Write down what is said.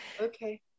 Okay